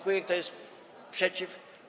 Kto jest przeciw?